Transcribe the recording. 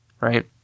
right